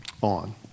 on